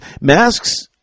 masks